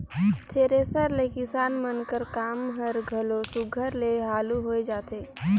thresher ले किसान मन कर काम हर घलो सुग्घर ले हालु होए जाथे